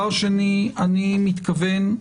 אני מתכוון,